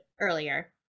earlier